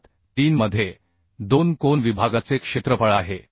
73 मध्ये दोन कोन विभागाचे क्षेत्रफळ आहे